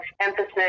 emphasis